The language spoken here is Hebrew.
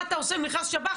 מה אתה עושה אם נכנס שב"ח?